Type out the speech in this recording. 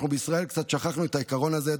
אנחנו בישראל קצת שכחנו את העיקרון הזה.